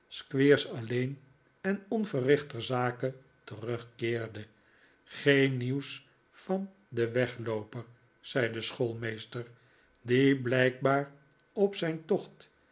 alleen en onverrichter zake terugkeerde geen nieuws van den weglooper zei de schoolmeester die blijkbaar op zijn tocht